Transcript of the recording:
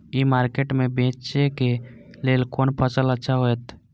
ई market में बेचेक लेल कोन फसल अच्छा होयत?